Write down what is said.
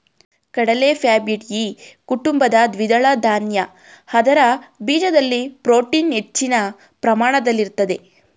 ಕಡಲೆ ಫ್ಯಾಬಾಯ್ಡಿಯಿ ಕುಟುಂಬದ ದ್ವಿದಳ ಧಾನ್ಯ ಅದರ ಬೀಜದಲ್ಲಿ ಪ್ರೋಟೀನ್ ಹೆಚ್ಚಿನ ಪ್ರಮಾಣದಲ್ಲಿರ್ತದೆ